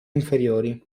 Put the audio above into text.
inferiori